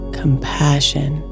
compassion